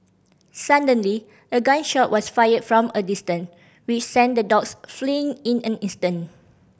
suddenly a gun shot was fired from a distance which sent the dogs fleeing in an instant